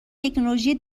تکنولوژی